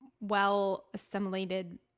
well-assimilated